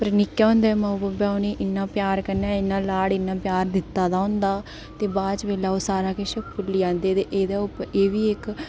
पर निक्के हुदें माऊ बब्बे उ'नें ई इन्ने प्यार कन्नै इन्ना लाड़ इन्ना प्यार दित्ता दा होंदा ते बाद च बेल्लै ओह् सारा किश भुल्ली जंदे ते एह्दे उप्पर एह् बी इक